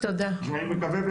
אני מקווה,